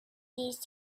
these